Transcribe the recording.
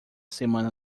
semana